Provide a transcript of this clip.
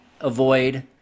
avoid